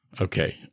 Okay